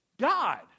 God